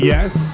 Yes